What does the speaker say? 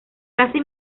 casi